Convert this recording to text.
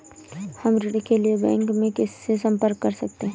हम ऋण के लिए बैंक में किससे संपर्क कर सकते हैं?